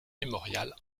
mémorial